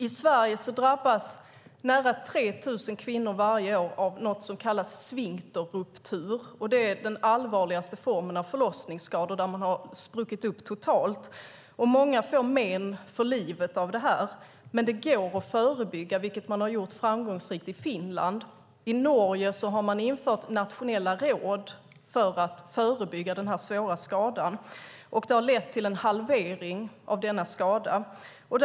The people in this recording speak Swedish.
I Sverige drabbas nära 3 000 kvinnor varje år av något som kallas sfinkterruptur, och det är den allvarligaste formen av förlossningsskador, där man har spruckit upp totalt. Många får men för livet av detta. Men det går att förebygga, vilket man har gjort framgångsrikt i Finland. I Norge har man infört nationella råd för att förebygga denna svåra skada, och det har lett till en halvering av antalet skador.